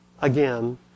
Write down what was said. again